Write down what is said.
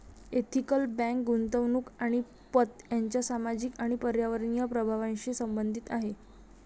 ethical bank गुंतवणूक आणि पत यांच्या सामाजिक आणि पर्यावरणीय प्रभावांशी संबंधित आहे